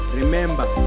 remember